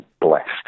blessed